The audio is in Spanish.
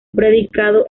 predicado